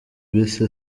bise